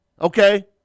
Okay